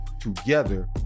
together